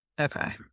Okay